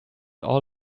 all